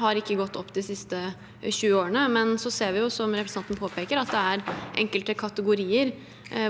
har ikke gått opp de siste 20 årene. Så ser vi, som representanten påpeker, at det er enkelte kategorier